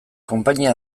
konpainia